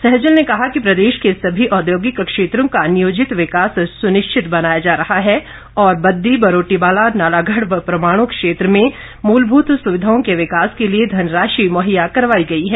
सहजल ने कहा कि प्रदेश के सभी औद्योगिक क्षेत्रों का नियोजित विकास सुनिश्चित बनाया जा रहा है और बददी बरोटीवाला नालागढ़ व परवाणू क्षेत्र में मूलभूत सुविधाओं के विकास के लिए धनराशि मुहैया करवाई गई हैं